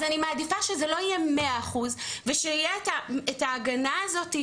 אז אני מעדיפה שזה לא יהיה 100 אחוז ושיהיה את ההגנה הזאת,